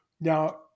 Now